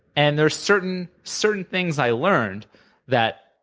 and there are certain certain things i learned that